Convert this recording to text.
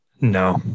No